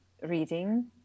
reading